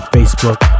Facebook